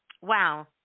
Wow